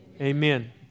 Amen